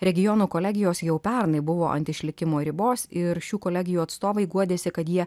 regionų kolegijos jau pernai buvo ant išlikimo ribos ir šių kolegijų atstovai guodėsi kad jie